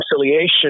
reconciliation